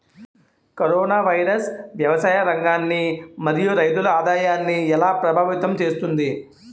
Corona virus వ్యవసాయ రంగాన్ని మరియు రైతుల ఆదాయాన్ని ఎలా ప్రభావితం చేస్తుంది?